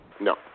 No